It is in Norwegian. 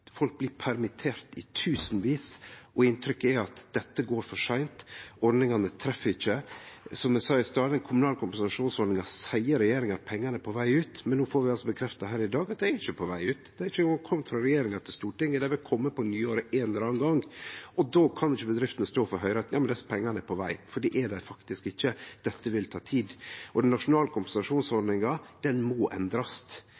folk blir permitterte. Inntrykket er at dette går for seint, ordningane treffer ikkje. Som eg sa i stad: Når det gjeld den kommunale kompensasjonsordninga, seier regjeringa at pengane er på veg ut, men no får vi bekrefta her i dag at dei ikkje er på veg ut. Det er ikkje eingong kome frå regjeringa til Stortinget, det vil kome på nyåret ein eller annan gong. Då kan ikkje bedriftene få høyre at desse pengane er på veg, for det er dei faktisk ikkje. Dette vil ta tid. Og den nasjonale